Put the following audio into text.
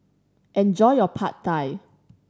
enjoy your Pad Thai